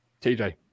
TJ